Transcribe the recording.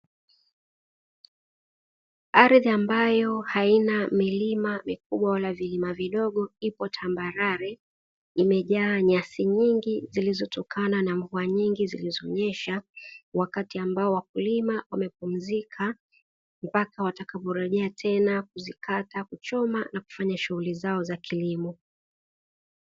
Ardhi ambayo haina milima mikubwa wala vilima vidogo ipo tambarare imejaa nyasi nyingi zilizotokana na mvua nyingi zilizonyeesha, wakati ambao wakulima wamepumzika mpaka watakaporejea tena kuzikata, kuchoma na kufanya shughuli zao za kilimo.